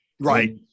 right